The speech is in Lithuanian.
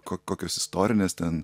ko kokios istorinės ten